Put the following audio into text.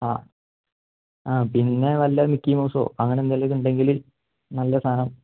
ആ ആ പിന്നെ വല്ല മിക്കി മൗസോ അങ്ങനെ എന്തെങ്കിലുമൊക്കെ ഉണ്ടെങ്കിൽ നല്ല സാധനം